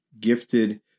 gifted